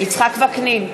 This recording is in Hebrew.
יצחק וקנין,